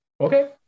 Okay